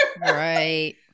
right